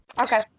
okay